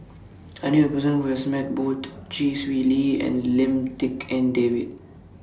I knew A Person Who has Met Both Chee Swee Lee and Lim Tik En David